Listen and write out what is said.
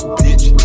bitch